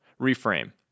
Reframe